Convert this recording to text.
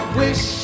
wish